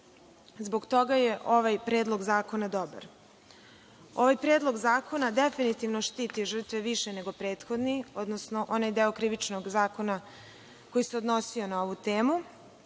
Zbog toga je ovaj predlog zakona dobar. Ovaj predlog zakona definitivno štiti žrtve više nego prethodni, odnosno onaj deo Krivičnog zakona koji se odnosio na ovu temu